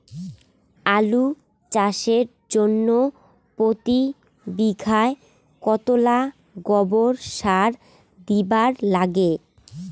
আলু চাষের জইন্যে প্রতি বিঘায় কতোলা গোবর সার দিবার লাগে?